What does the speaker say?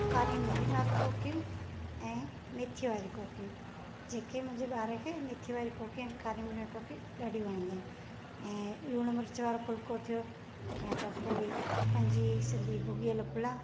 कारी मिरी वारियूं कोकियूं ऐं मैथी वारी कोकियूं जेके मुंहिंजे ॿारनि खे मैथी वारी कोकी कारी मिरी वारी कोकी ॾाढी वणंदी आहिनि ऐं लुणु मिर्च वारो फुल्को थियो या त पोइ पंहिंजी सिंधी भुॻियल पुलाव